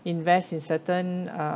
invest in certain uh